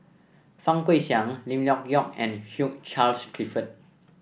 Fang Guixiang Lim Leong Geok and Hugh Charles Clifford